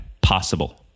possible